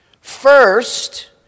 First